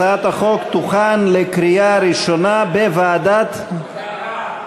הצעת החוק תוכן לקריאה ראשונה בוועדת, הכלכלה.